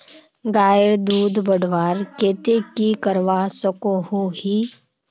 गायेर दूध बढ़वार केते की करवा सकोहो ही?